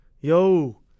Yo